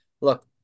Look